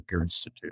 Institute